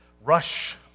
rush